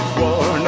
war